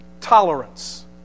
Tolerance